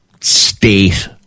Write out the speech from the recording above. state